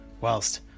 whilst